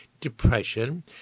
depression